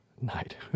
night